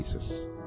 Jesus